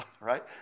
right